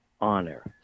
honor